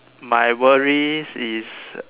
my worries is